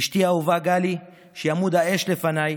אשתי האהובה גלי, שהיא עמוד האש לפניי,